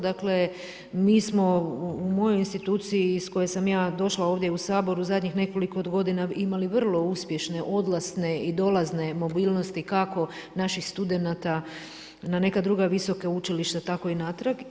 Dakle, mi smo u mojoj instituciji iz koje sam ja došla u Sabor u zadnjih nekoliko godina imali vrlo uspješne odlazne i dolazne mobilnosti kako naših studenata na neka druga visoka učilišta tako i natrag.